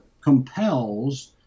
compels